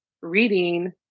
reading